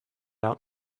out